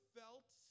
felt